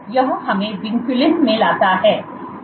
तो यह हमें विनक्यूलिन में लाता है